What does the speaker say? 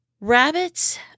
Rabbits